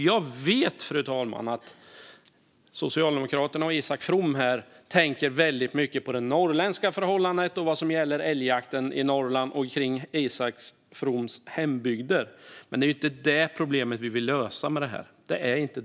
Jag vet, fru talman, att Socialdemokraterna och Isak From tänker mycket på norrländska förhållanden, på älgjakten i Norrland och i Isak Froms hembygder, men det är inte det problemet vi vill lösa med detta.